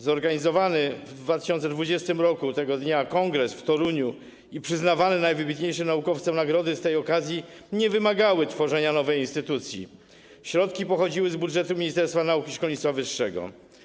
Zorganizowany tego dnia w 2020 r. kongres w Toruniu i przyznawane najwybitniejszym naukowcom nagrody z tej okazji nie wymagały tworzenia nowej instytucji, środki pochodziły z budżetu Ministerstwa Nauki i Szkolnictwa Wyższego.